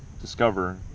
discover